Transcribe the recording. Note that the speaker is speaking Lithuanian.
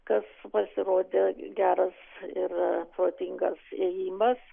kas pasirodė geras ir protingas ėjimas